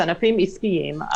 זה ענפים עסקיים,